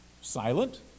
silent